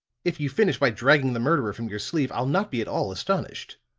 if you finish by dragging the murderer from your sleeve, i'll not be at all astonished.